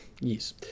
yes